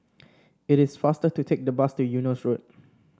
it is faster to take the bus to Eunos Road